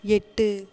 எட்டு